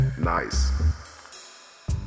nice